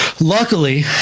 luckily